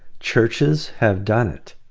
churches have done it.